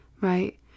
Right